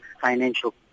financial